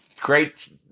great